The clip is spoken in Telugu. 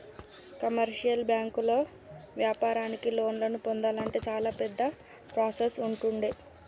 కమర్షియల్ బ్యాంకుల్లో వ్యాపారానికి లోన్లను పొందాలంటే చాలా పెద్ద ప్రాసెస్ ఉంటుండే